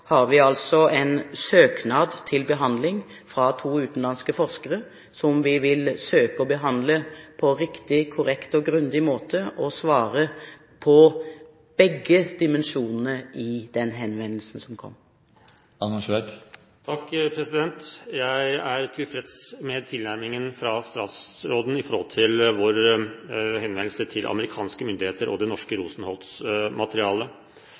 har vi nå til behandling en søknad fra to utenlandske forskere som vi vil søke å behandle på riktig, korrekt og grundig måte, og svare på begge dimensjonene i den henvendelsen som har kommet. Jeg er tilfreds med tilnærmingen fra statsrådens side når det gjelder vår henvendelse til amerikanske myndigheter og det norske